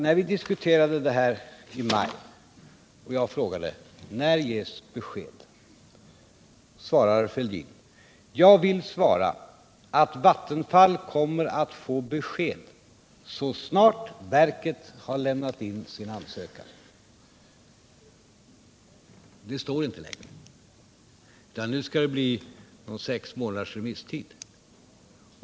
Vid den diskussion vi hade i maj frågade jag: När ges det besked? Thorbjörn Fälldin svarade: ”Jag vill svara att Vattenfall kommer att få besked så snart verket har lämnat in sin ansökan.” Det gäller inte längre, utan nu skall det bli sex månaders remisstid.